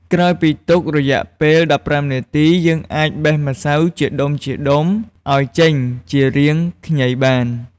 ក្រោយពីទុករយៈពេល១៥នាទី យើងអាចបេះម្សៅជាដុំៗឱ្យចេញជារាងខ្ញីបាន។